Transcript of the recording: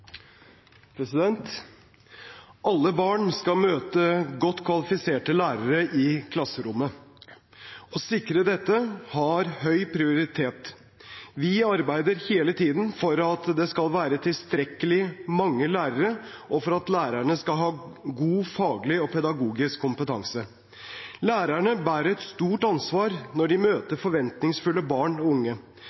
stortingsmelding. Alle barn skal møte godt kvalifiserte lærere i klasserommet. Å sikre dette har høy prioritet. Vi arbeider hele tiden for at det skal være tilstrekkelig mange lærere, og for at lærerne skal ha god faglig og pedagogisk kompetanse. Lærerne bærer et stort ansvar når de møter forventningsfulle barn og unge.